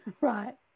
right